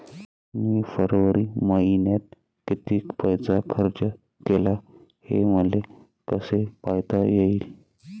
मी फरवरी मईन्यात कितीक पैसा खर्च केला, हे मले कसे पायता येईल?